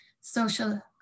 social